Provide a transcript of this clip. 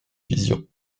visions